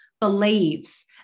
believes